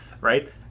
right